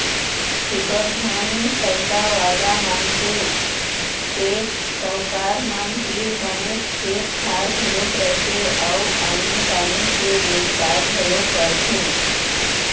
बिकट झन पइसावाला मनखे, सेठ, साहूकार मन तीर बनेच खेत खार घलोक रहिथे अउ आनी बाकी के बेवसाय घलोक करथे